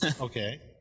Okay